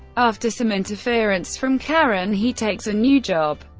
after some interference from karen, he takes a new job.